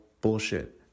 bullshit